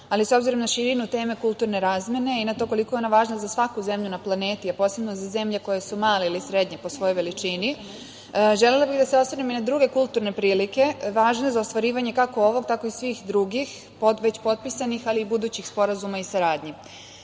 ali s obzirom na širinu teme kulturne razmene i na to koliko je ona važna za svaku zemlju na planeti, a posebno za zemlje koje su male ili srednje po svojoj veličini, želela bih da se osvrnem i na druge kulturne prilike, važne za ostvarivanje kako ovog tako i svih drugih već potpisanih, ali i budućih sporazuma i saradnji. Već